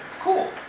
cool